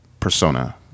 Persona